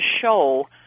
show